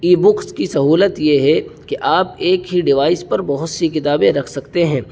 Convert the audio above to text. ای books کی سہولت یہ ہے کہ آپ ایک ہی ڈیوائس پر بہت سی کتابیں رکھ سکتے ہیں